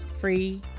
Free